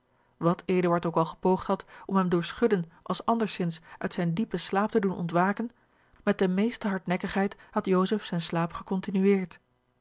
eduard ook al gepoogd had om hem door schudden als anderzins uit zijn diepen slaap te doen ontwaken met de meeste hardnekkigheid had joseph zijn slaap gecontinueerd